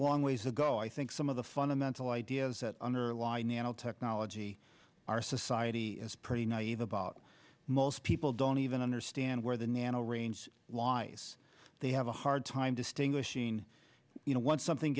long ways to go i think some of the fundamental ideas that nanotechnology our society is pretty naive about most people don't even understand where the nano range lies they have a hard time distinguishing you know once something